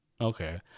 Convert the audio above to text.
Okay